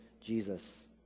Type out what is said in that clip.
Jesus